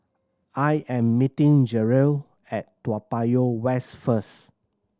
I am meeting Jerrell at Toa Payoh West first